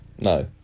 No